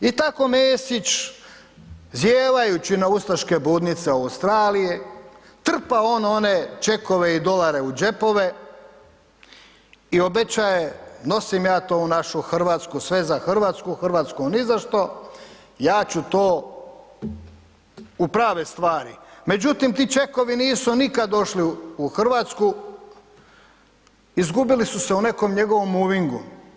I tako Mesić zijevajući na ustaške budnice u Australiji, trpa on one čekove i dolare u džepove i obećaje nosim ja to u našu Hrvatsku, sve za Hrvatsku, Hrvatsku nizašto, ja ću to u prave stvari međutim ti čekovi nisu nikad došli u Hrvatsku, izgubili su se u nekom njegovom movingu.